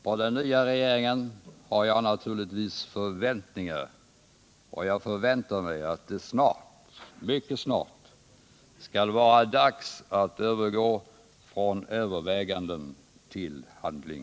På den nya regeringen har jag naturligtvis förväntningar — och jag förväntar mig att det snart, mycket snart, skall vara dags att övergå från överväganden till handling.